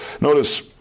notice